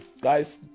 Guys